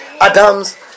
Adam's